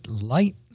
light